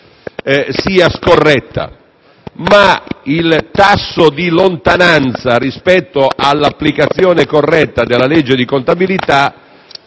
sia scorretta, ma il tasso di lontananza rispetto all'applicazione corretta della legge di contabilità